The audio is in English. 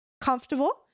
comfortable